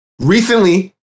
Recently